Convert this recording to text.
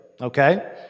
okay